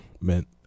meant